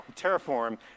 Terraform